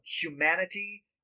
humanity